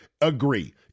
agree